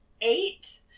eight